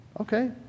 Okay